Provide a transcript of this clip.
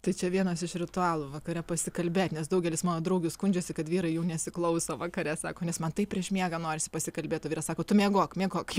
tai čia vienas iš ritualų vakare pasikalbėt nes daugelis mano draugių skundžiasi kad vyrai jų nesiklauso vakare sako nes man taip prieš miegą norisi pasikalbėt o vyras sako tu miegok miegok jau